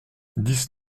dix